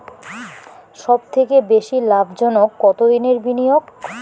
সবথেকে বেশি লাভজনক কতদিনের বিনিয়োগ?